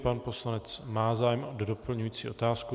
Pan poslanec má zájem o doplňující otázku.